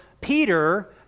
Peter